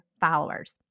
followers